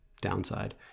downside